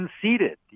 conceded